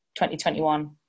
2021